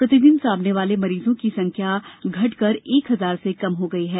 प्रतिदिन सामने आने वाले मरीजों की संख्या घटकर एक हजार से कम हो गई है